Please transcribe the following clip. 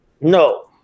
No